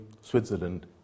Switzerland